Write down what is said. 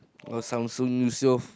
you know Shamsul-Yussof